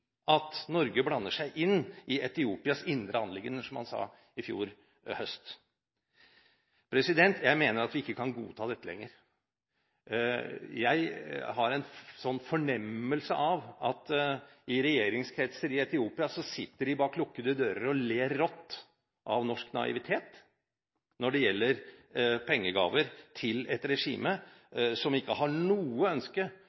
at Norge blander seg inn i Etiopias indre anliggender. Jeg mener vi ikke kan godta dette lenger. Jeg har en fornemmelse av at i regjeringskretser i Etiopia sitter de bak lukkede dører og ler rått av norsk naivitet når det gjelder pengegaver til et regime som ikke har noe ønske